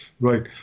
Right